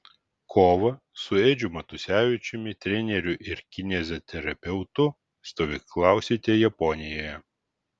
kovą su edžiu matusevičiumi treneriu ir kineziterapeutu stovyklausite japonijoje